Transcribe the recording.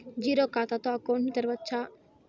Zero ఖాతా తో account ను తెరవచ్చా?